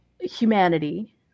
humanity